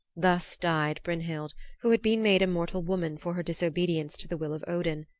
thus died brynhild who had been made a mortal woman for her disobedience to the will of odin,